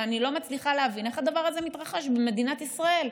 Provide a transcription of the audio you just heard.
ואני לא מצליחה להבין איך הדבר הזה מתרחש במדינת ישראל.